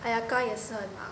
!aiya! 哥也是很忙